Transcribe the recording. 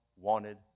wanted